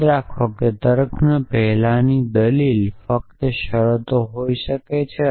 યાદ રાખો કે તર્કની પહેલાંની દલીલ ફક્ત શરતો હોઈ શકે છે